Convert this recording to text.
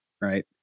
right